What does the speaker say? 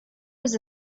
was